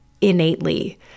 innately